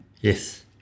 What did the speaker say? Yes